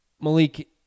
Malik